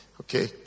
okay